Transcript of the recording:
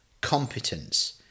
competence